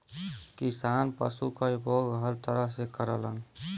किसान पसु क उपयोग हर तरह से करलन